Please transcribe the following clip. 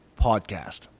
Podcast